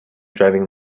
driving